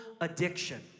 addiction